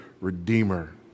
Redeemer